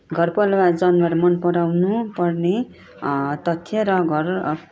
घर पालुवा जनावर मन मपराउनु पर्ने तथ्य र घर